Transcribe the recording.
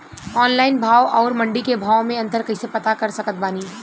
Online भाव आउर मंडी के भाव मे अंतर कैसे पता कर सकत बानी?